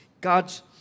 God's